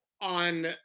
on